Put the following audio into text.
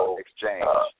exchange